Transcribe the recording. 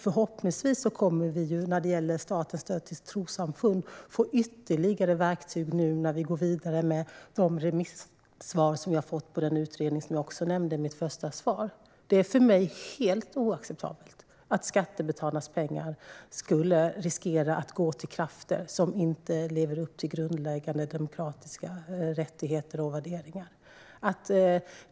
Förhoppningsvis kommer vi när det gäller statens stöd till trossamfund att få ytterligare verktyg nu när vi går vidare med de remissvar som vi har fått på den utredning som jag också nämnde i mitt svar. Det är för mig helt oacceptabelt att skattebetalarnas pengar skulle riskera att gå till krafter som inte lever upp till grundläggande demokratiska rättigheter och värderingar.